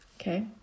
Okay